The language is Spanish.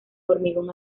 hormigón